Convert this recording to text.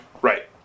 Right